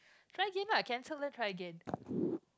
try again lah can answer let's try again